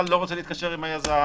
לא רוצה להתקשר עם היזם,